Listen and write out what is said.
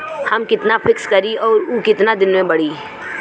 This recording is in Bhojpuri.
हम कितना फिक्स करी और ऊ कितना दिन में बड़ी?